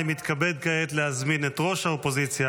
אני מתכבד כעת להזמין את ראש האופוזיציה